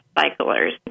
cyclers